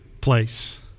place